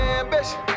ambition